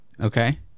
Okay